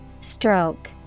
Stroke